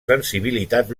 sensibilitat